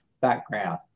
background